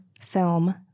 film